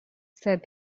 said